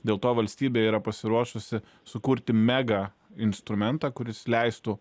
dėl to valstybė yra pasiruošusi sukurti mega instrumentą kuris leistų